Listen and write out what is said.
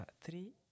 three